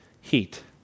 heat